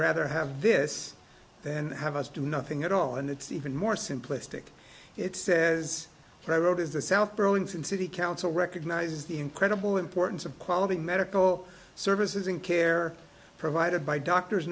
rather have this and have us do nothing at all and it's even more simplistic it says the road is the south burlington city council recognizes the incredible importance of quality medical services in care provided by doctors